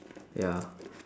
ya